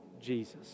Jesus